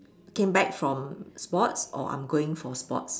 came back from sports or I'm going for sports